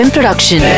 Production